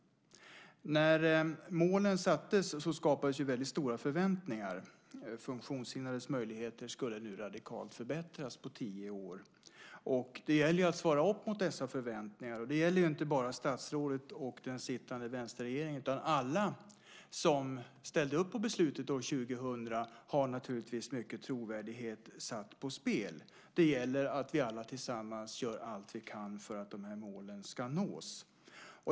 När målen sattes skapades det väldigt stora förväntningar - funktionshindrades möjligheter skulle nu radikalt förbättras på tio år. Det gäller att svara upp mot dessa förväntningar. Det gäller inte bara statsrådet och den sittande vänsterregeringen, utan alla som ställde upp på beslutet år 2000 har naturligtvis mycket trovärdighet satt på spel. Det gäller att vi alla tillsammans gör allt vi kan för att de här målen ska nås.